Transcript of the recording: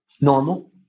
normal